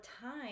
time